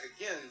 again